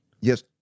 Yes